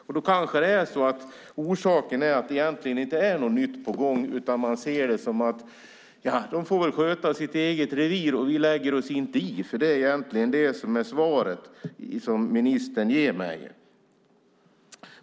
Orsaken är kanske att det egentligen inte är något nytt på gång, utan man ser det som att de får sköta sitt eget revir. Man lägger sig inte i. Det är ju egentligen det som är svaret som ministern ger mig.